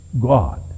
God